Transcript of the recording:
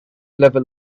level